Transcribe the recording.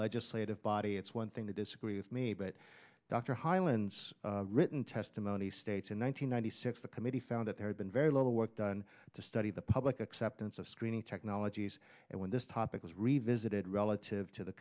legislative body it's one thing to disagree with me but dr highlands written testimony states in one thousand nine hundred six the committee found that there had been very little work done to study the public acceptance of screening technologies and when this topic was revisited relative to the